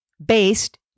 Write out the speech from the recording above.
based